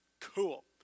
cool